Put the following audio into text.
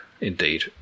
Indeed